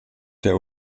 der